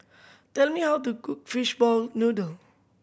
tell me how to cook fishball noodle